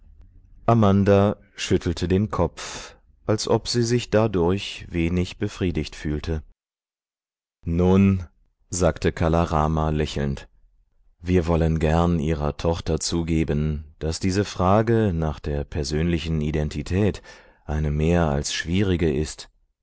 amanda schüttelte den kopf als ob sie sich dadurch wenig befriedigt fühlte nun sagte kala rama lächelnd wir wollen gern ihrer tochter zugeben daß diese frage nach der persönlichen identität eine mehr als schwierige ist